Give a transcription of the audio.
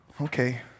Okay